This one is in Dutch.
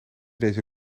deze